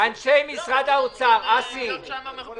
רק שתדעו שאתם מגיעים איתי לנקודת שבר.